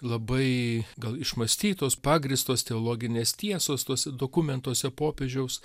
labai gal išmąstytos pagrįstos teologinės tiesos tos dokumentuose popiežiaus